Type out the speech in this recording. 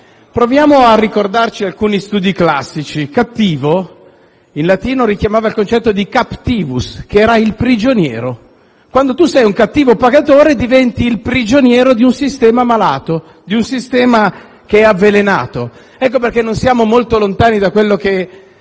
Proviamo a ricordare gli studi classici: «cattivo» in latino richiamava il concetto di *captivus*, che era il prigioniero. Quando tu sei un cattivo pagatore diventi prigioniero di un sistema malato, di un sistema che è avvelenato. Ecco perché non siamo molto lontani da quello che